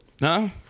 no